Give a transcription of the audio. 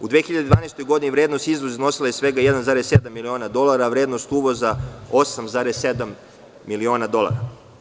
U 2012. godini vrednost izvoza iznosila je svega 1,7 miliona dolara, a vrednost uvoza 8,7 miliona dolara.